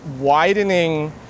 widening